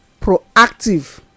Proactive